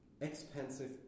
expensive